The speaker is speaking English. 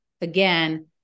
again